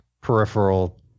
peripheral